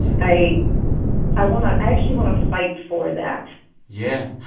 yeah i i want to i actually want to fight for that yeah.